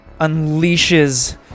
unleashes